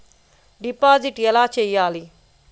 Deposit ఎలా చెయ్యాలి?